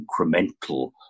incremental